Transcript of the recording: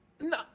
No